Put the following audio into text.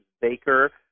Baker